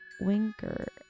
Winker